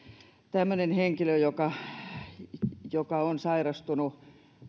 tämmöisen henkilön kohdalla joka on sairastunut